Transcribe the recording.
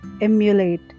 emulate